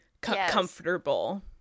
comfortable